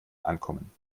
ankommen